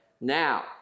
now